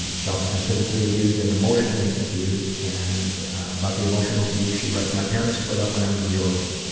um she has also been physically abused and emotionally abused, and about the emotional abuse she writes, my parents split up when i was a year old.